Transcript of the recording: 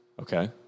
okay